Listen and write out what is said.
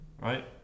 Right